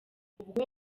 ubwo